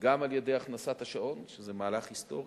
גם על-ידי הכנסת השעון, שזה מהלך היסטורי,